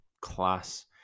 class